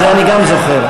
זה אני גם זוכר.